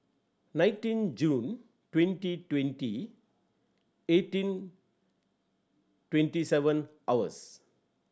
nineteen June twenty twenty eighteen twenty seven hours